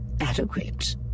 adequate